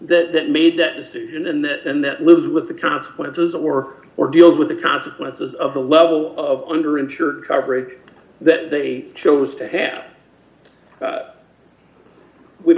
that made that decision and that and that lives with the consequences or or deals with the consequences of the level of under insured coverage that they chose to have